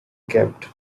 kept